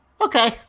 Okay